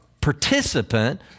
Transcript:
participant